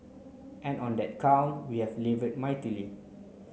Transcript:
and on that count we have laboured mightily